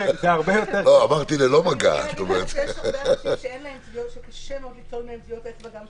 הרבה אנשים שקשה ליטול מהם טביעות אצבע.